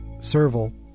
serval